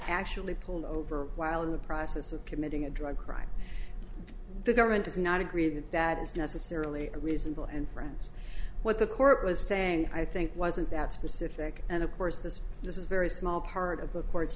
actually pulled over while in the process of committing a drug crime the government has not agreed that that is necessarily a reasonable and friends what the court was saying i think wasn't that specific and of course this is a very small part of the court